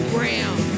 Graham